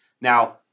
Now